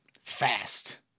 fast